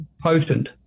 potent